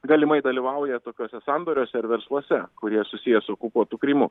galimai dalyvauja tokiuose sandoriuose ir versluose kurie susiję su okupuotu krymu